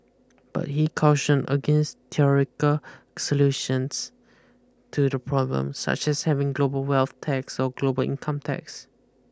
but he cautioned against theoretical solutions to the problem such as having a global wealth tax or global income tax